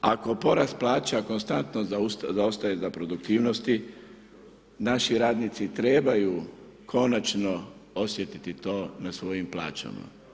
Ako porast plaća konstantno zaostaje za produktivnosti, naši radnici trebaju konačno osjetiti to na svojim plaćama.